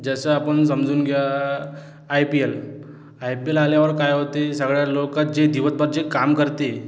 जसं आपण समजून घ्या I P L I P L आल्यावर काय होते सगळ्या लोकात जे दिवसभर जे काम करते